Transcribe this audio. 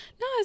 No